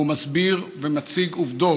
הוא מסביר ומציג עובדות: